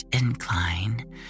incline